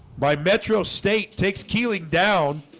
by metro state takes kealing down